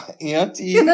Auntie